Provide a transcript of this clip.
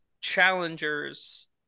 challengers